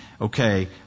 okay